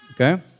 Okay